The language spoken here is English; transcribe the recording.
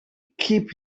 keep